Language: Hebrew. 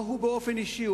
לא הוא באופן אישי,